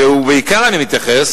ובעיקר אני מתייחס